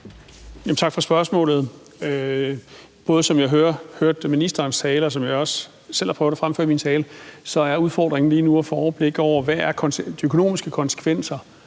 Tak for spørgsmålet. Som jeg både hørte ministerens tale, og som jeg også selv har prøvet at fremføre i min tale, er udfordringen lige nu at få et overblik over, hvad der er de økonomiske konsekvenser